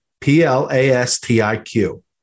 P-L-A-S-T-I-Q